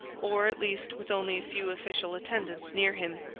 or, at least, with only a few official attendants near him.